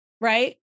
right